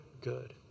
good